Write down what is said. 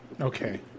Okay